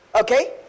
okay